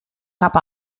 cap